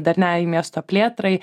darniai miesto plėtrai